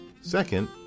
Second